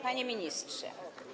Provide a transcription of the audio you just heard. Panie Ministrze!